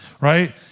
right